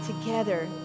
together